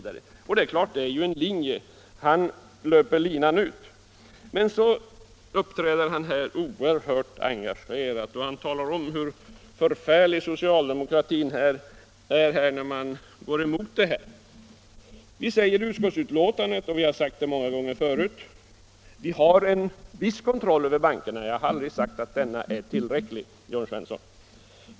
Det är en linje; han löper linan ut. Han uppträder här oerhört engagerat och talar om hur förfärlig socialdemokratin är som går emot ett sådant förslag. Vi säger i utskottsbetänkandet — och vi har sagt det många gånger förut — att vi har en viss kontroll över bankerna. Jag har inte sagt att detta är tillräckligt, Jörn Svensson.